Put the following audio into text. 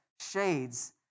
shades